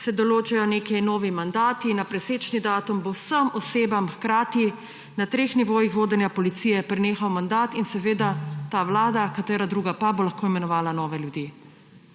se določajo neki novi mandati, na presečni datum bo vsem osebam hkrati na treh nivojih vodenja policije prenehal mandat. In seveda ta vlada − katera druga pa − bo lahko imenovala nove ljudi.